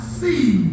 see